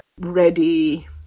ready